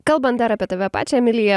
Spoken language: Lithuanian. kalbant dar apie tave pačią emilija